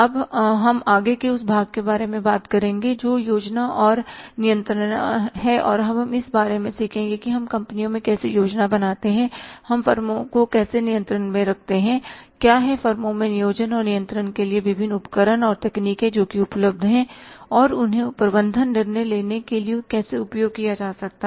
अब हम आगे के उस भाग के बारे में बात करेंगे जो योजना और नियंत्रण है और हम इस बारे में सीखेंगे कि हम कंपनियों में कैसे योजना बनाते हैं हम फर्मों में कैसे नियंत्रण रखते हैं क्या हैं फर्मों में नियोजन और नियंत्रण के लिए विभिन्न उपकरण और तकनीकें जोकि उपलब्ध है और उन्हें प्रबंधन निर्णय लेने के लिए कैसे उपयोग किया जा सकता है